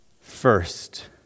first